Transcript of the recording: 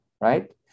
right